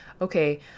Okay